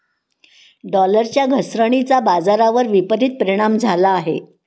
डॉलरच्या घसरणीचा बाजारावर विपरीत परिणाम झाला आहे